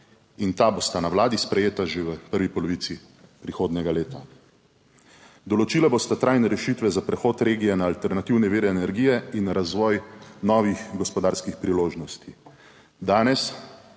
In ta bosta na Vladi sprejeta že v prvi polovici prihodnjega leta. Določila bosta trajne rešitve za prehod regije na alternativne vire energije in razvoj novih gospodarskih priložnosti. Danes